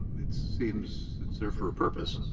it seems there for a purpose.